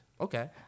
Okay